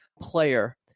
player